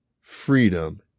freedom